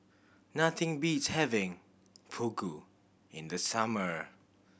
nothing beats having Fugu in the summer